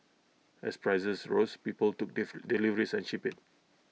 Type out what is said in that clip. as prices rose people took diff deliveries and shipped IT